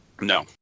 No